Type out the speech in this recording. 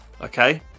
Okay